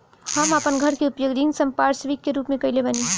हम आपन घर के उपयोग ऋण संपार्श्विक के रूप में कइले बानी